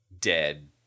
dead